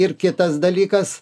ir kitas dalykas